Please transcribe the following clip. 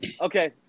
Okay